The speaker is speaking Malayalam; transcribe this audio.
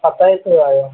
പത്തായിരത്തിന് താഴെയോ